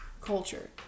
culture